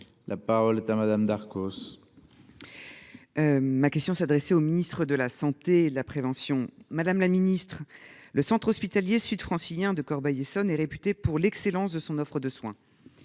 La parole est à madame Darcos. Ma question s'adresser au ministre de la santé, la prévention, madame la Ministre. Le Centre hospitalier sud-francilien de Corbeil-Essonnes est réputée pour l'excellence de son offre de soins.